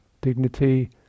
dignity